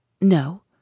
No